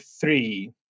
three